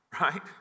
right